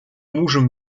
мужем